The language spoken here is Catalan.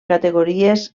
categories